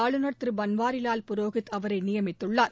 ஆளுநர் திருபன்வாரிலால் புரோகித் அவரைநியமித்துள்ளார்